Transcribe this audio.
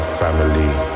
family